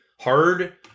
hard